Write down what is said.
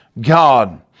God